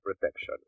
protection